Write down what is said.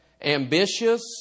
ambitious